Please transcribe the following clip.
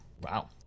Wow